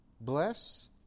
Bless